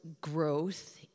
Growth